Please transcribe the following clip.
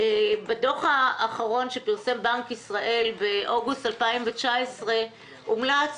בדוח האחרון שפרסם בנק ישראל באוגוסט 2019 הומלץ